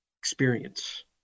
experience